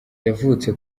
yavutse